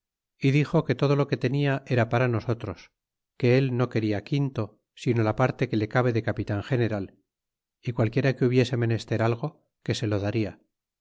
y dixo que todo lo que tenia era para nosotros que el no quena quinto sino la parte que le cabe de capitan general y qualquiera que hubiese menester algo que se lo daria